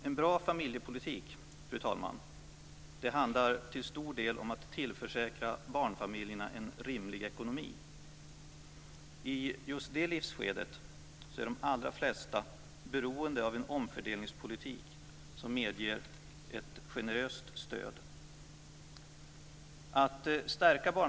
En bra familjepolitik, fru talman, handlar till stor del om att tillförsäkra barnfamiljerna en rimlig ekonomi. I just det livsskedet är de allra flesta beroende av en omfördelningspolitik som medger ett generöst stöd.